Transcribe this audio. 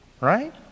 Right